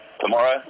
tomorrow